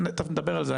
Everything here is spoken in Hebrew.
סליחה, תיכף נדבר על זה.